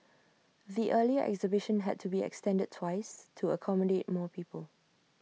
the earlier exhibition had to be extended twice to accommodate more people